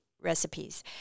recipes